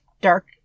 dark